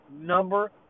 number